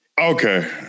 Okay